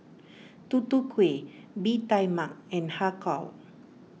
Tutu Kueh Bee Tai Mak and Har Kow